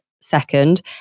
second